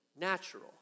natural